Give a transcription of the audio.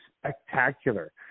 spectacular